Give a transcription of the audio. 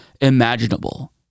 imaginable